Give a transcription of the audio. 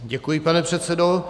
Děkuji, pane předsedo.